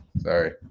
Sorry